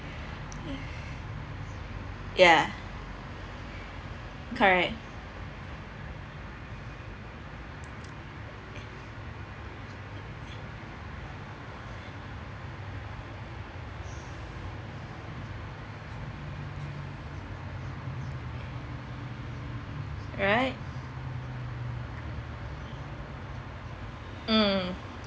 yeah correct right mm